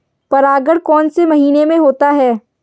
परागण कौन से महीने में होता है?